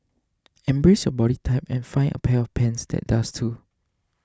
embrace your body type and find a pair of pants that does too